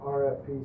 rfp